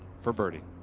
for birdie.